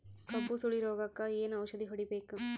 ಕಬ್ಬು ಸುರಳೀರೋಗಕ ಏನು ಔಷಧಿ ಹೋಡಿಬೇಕು?